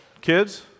Kids